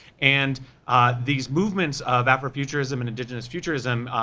and these movements of afrofuturism and indegenous futurism,